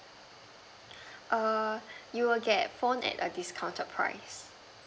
err you will get phone at a discounted price